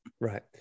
Right